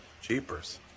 Jeepers